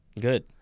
good